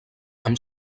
amb